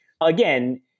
Again